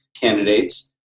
candidates